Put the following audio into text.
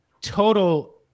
total